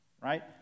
right